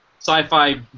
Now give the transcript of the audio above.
sci-fi